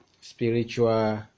spiritual